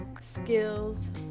skills